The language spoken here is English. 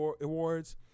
Awards